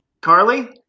carly